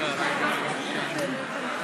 תודה.